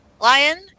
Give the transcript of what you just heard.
lion